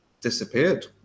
disappeared